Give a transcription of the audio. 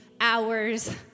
hours